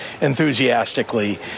enthusiastically